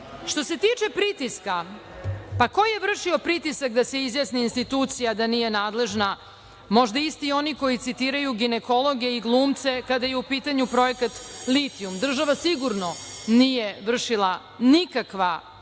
se tiče pritiska, pa ko je vršio pritisak institucija da nije nadležna? Možda isti oni koji citiraju ginekologe i glumce kada je u pitanju projekat litijum. Država sigurno nije vršila nikakve pritiske,